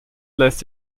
lässt